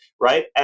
right